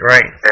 Right